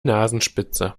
nasenspitze